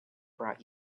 brought